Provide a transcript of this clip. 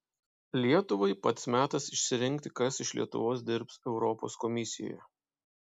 lietuvai pats metas išsirinkti kas iš lietuvos dirbs europos komisijoje